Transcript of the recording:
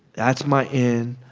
that's my in.